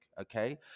Okay